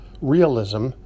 realism